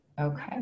okay